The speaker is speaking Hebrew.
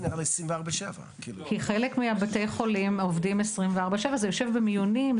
זה נראה לי 24/7. כי חלק מבתי החולים עובדים 24/7. זה יושב במיונים,